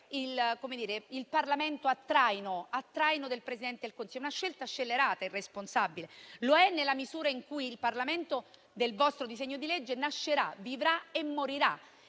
il Parlamento a traino del Presidente del Consiglio è una scelta scellerata e irresponsabile. Lo è nella misura in cui il Parlamento del vostro disegno di legge nascerà, vivrà e morirà